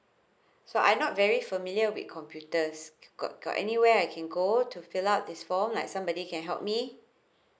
so I'm not very familiar with computers got got anywhere I can go to fill out this form like somebody can help me